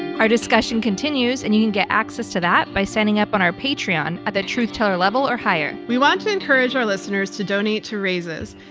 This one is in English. our discussion continues and you can get access to that by signing up on our patreon at the truth teller level or higher. we want to encourage our listeners to donate to raices,